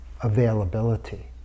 availability